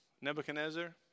Nebuchadnezzar